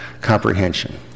comprehension